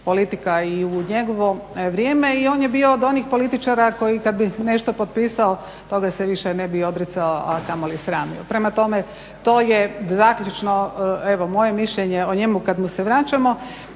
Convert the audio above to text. politika i u njegovo vrijeme i on je bio od onih političara koji kad bi nešto potpisao toga se više ne bi odricao a kamoli sramio. Prema tome, to je zaključno evo moje mišljenje o njemu kad mu se vraćamo.